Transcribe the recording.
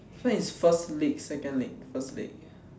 this one is first leg second leg first leg